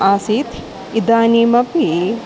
आसीत् इदानीमपि